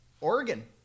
Oregon